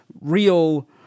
real